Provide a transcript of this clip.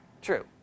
True